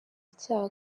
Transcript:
icyaha